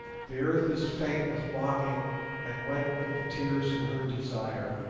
the earth is faint with longing and wet with the tears of her desire